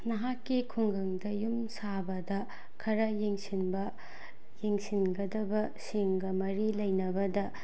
ꯅꯍꯥꯛꯀꯤ ꯈꯨꯡꯒꯪꯗ ꯌꯨꯝ ꯁꯥꯕꯗ ꯈꯔ ꯌꯦꯡꯁꯤꯟꯕ ꯌꯦꯡꯁꯤꯟꯒꯗꯕꯁꯤꯡꯒ ꯃꯔꯤ ꯂꯩꯅꯕꯗ